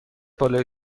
بالای